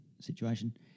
situation